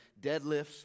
deadlifts